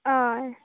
हय